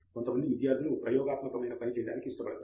కొంతమంది విద్యార్థులు ప్రయోగాత్మకమైన పని చేయటానికి ఇష్టపడతారు